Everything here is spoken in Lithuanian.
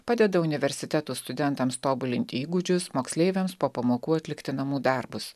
padeda universiteto studentams tobulinti įgūdžius moksleiviams po pamokų atlikti namų darbus